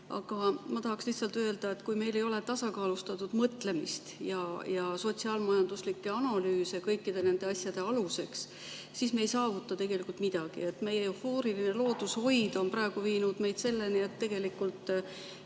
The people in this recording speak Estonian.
Aga ma tahaks lihtsalt öelda, et kui meil ei ole tasakaalustatud mõtlemist ja sotsiaal-majanduslikke analüüse kõikide nende asjade aluseks, siis me ei saavuta tegelikult midagi. Meie eufooriline loodushoid on viinud meid selleni, et me